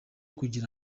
kugira